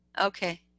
Okay